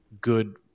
good